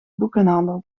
boekenhandel